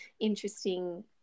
interesting